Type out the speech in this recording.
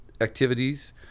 activities